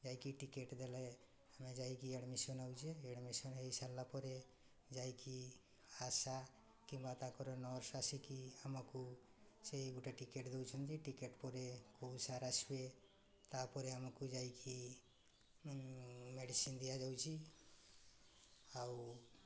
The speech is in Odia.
ଯାଇକି ଟିକେଟ୍ ଦେଲେ ଆମେ ଯାଇକି ଆଡ଼ମିସନ୍ ହଉଛେ ଆଡ଼ମିସନ୍ ହେଇସାରିଲା ପରେ ଯାଇକି ଆଶା କିମ୍ବା ତାଙ୍କର ନର୍ସ୍ ଆସିକି ଆମକୁ ସେଇ ଗୋଟେ ଟିକେଟ୍ ଦେଉଛନ୍ତି ଟିକେଟ୍ ପରେ କେଉଁ ସାର୍ ଆସିବେ ତା'ପରେ ଆମକୁ ଯାଇକି ମେଡ଼ିସିନ୍ ଦିଆଯାଉଛି ଆଉ